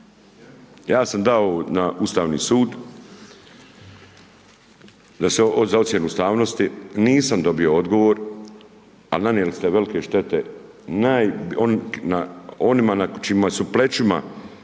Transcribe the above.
Ja sam dao na Ustavni sud da se za ocjenu ustavnosti, nisam dobio odgovor, a nanijeli ste velike štete onima na čijima su plećima